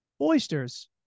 oysters